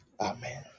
amen